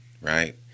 right